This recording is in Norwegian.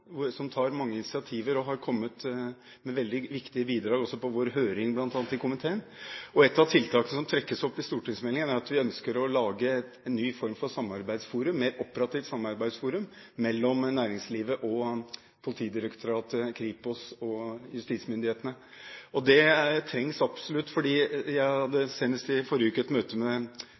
viktige bidrag, også bl.a. på vår høring i komiteen. Ett av tiltakene som trekkes opp i stortingsmeldingen, er at vi ønsker å lage en ny form for samarbeidsforum – et operativt samarbeidsforum mellom næringslivet og Politidirektoratet, Kripos og justismyndighetene. Det trengs absolutt, for jeg hadde senest i forrige uke et møte